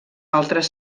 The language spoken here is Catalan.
altres